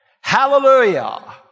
Hallelujah